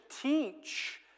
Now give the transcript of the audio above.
teach